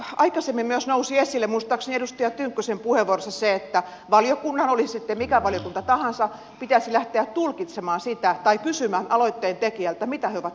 tässä aikaisemmin nousi esille muistaakseni edustaja tynkkysen puheenvuorossa myös se että valiokunnan oli se sitten mikä valiokunta tahansa pitäisi lähteä tulkitsemaan sitä tai kysymään aloitteen tekijöiltä mitä he ovat tarkoittaneet